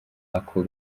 ako